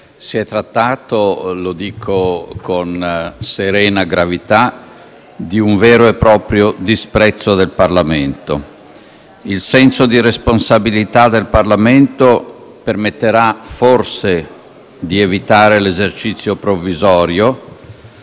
Si è trattato, lo dico con serena gravità, di un vero e proprio atto di disprezzo del Parlamento. Il senso di responsabilità del Parlamento permetterà forse di evitare l'esercizio provvisorio,